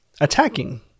attacking